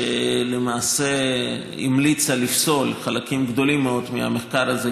ולמעשה המליצה לפסול חלקים גדולים מאוד מהמחקר הזה,